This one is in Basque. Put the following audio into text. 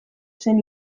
zen